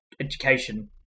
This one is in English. education